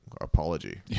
apology